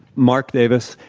mark davis.